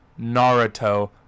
Naruto